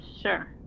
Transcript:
sure